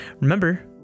Remember